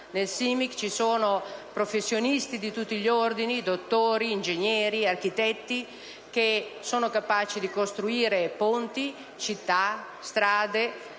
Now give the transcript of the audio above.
infatti, operano professionisti di tutti gli ordini (dottori, ingegneri, architetti) capaci di costruire ponti, città, strade,